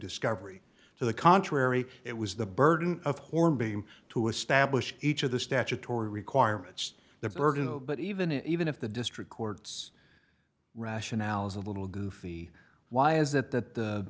discovery to the contrary it was the burden of hornbeam to establish each of the statutory requirements the burden but even it even if the district court's rationale is a little goofy why is that th